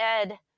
ed